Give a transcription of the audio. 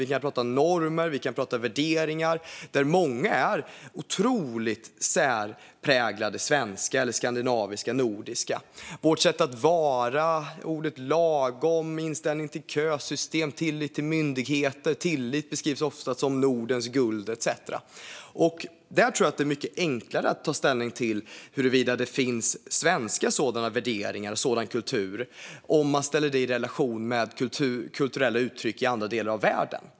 Vi kan prata om normer och värderingar, där många är otroligt särpräglade svenska, skandinaviska eller nordiska. Det är vårt sätt att vara, ordet lagom, inställningen till kösystem och tilliten till myndigheter, som ofta beskrivs som Nordens guld, etcetera. Jag tror att det är mycket enklare att ta ställning till huruvida det finns svenska värderingar och en svensk kultur om man ställer det i relation till kulturella uttryck i andra delar av världen.